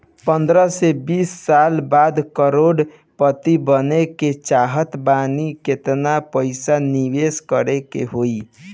पंद्रह से बीस साल बाद करोड़ पति बने के चाहता बानी केतना पइसा निवेस करे के होई?